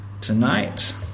tonight